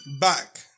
Back